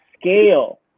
scale